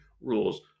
rules